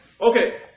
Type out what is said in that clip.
okay